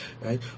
right